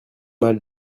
mal